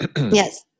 Yes